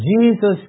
Jesus